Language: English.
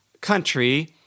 country